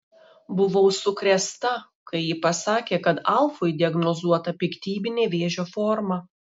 buvau sukrėsta kai ji pasakė kad alfui diagnozuota piktybinė vėžio forma